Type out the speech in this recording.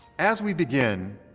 as we begin,